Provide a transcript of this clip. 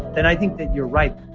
and i think that you're right,